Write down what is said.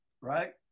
right